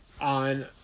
on